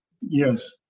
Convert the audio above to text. Yes